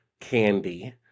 candy